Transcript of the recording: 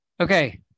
Okay